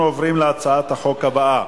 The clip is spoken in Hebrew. אנחנו עוברים להצעת החוק הבאה: